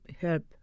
help